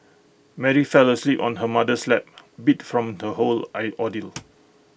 Mary fell asleep on her mother's lap beat from the whole I ordeal